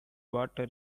water